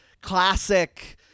classic